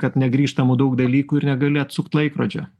kad negrįžtamų daug dalykų ir negali atsukt laikrodžio